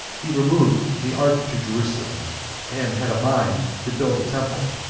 he removed the ark to jerusalem and had a mind to build a temple.